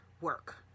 work